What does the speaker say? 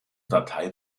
datei